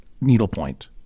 needlepoint